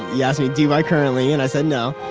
you asked me do i currently, and i said no.